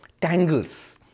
tangles